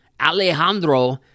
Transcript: Alejandro